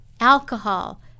alcohol